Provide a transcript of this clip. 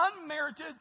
unmerited